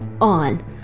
on